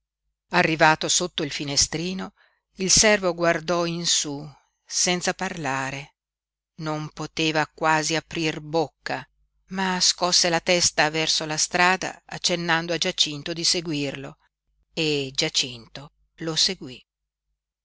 arrivato sotto il finestrino il servo guardò in su senza parlare non poteva quasi aprir bocca ma scosse la testa verso la strada accennando a giacinto di seguirlo e giacinto lo seguí